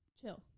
chill